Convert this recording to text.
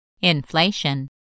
Inflation